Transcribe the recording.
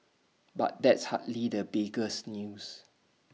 but that's hardly the biggest news